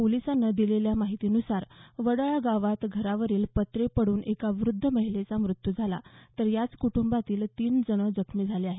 पोलिसांनी दिलेल्या माहितीनुसार वडाळा गावात घरावरील पत्रे पडून एका व्रद्ध महिलेचा मृत्यू झाला तर याच कुटुंबातील तीन जण जखमी झाले आहेत